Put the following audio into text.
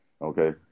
Okay